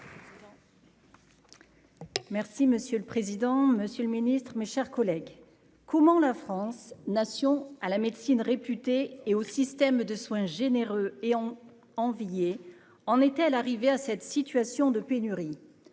Merci monsieur le président, Monsieur le Ministre, mes chers collègues, comment la France nation à la médecine réputé et au système de soins généreux et ont envié en était à l'arrivée à cette situation de pénurie